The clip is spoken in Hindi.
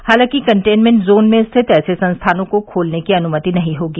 हालांकि कन्टेनमेंट जोन में स्थित ऐसे संस्थानों को खोलने की अनुमति नहीं होगी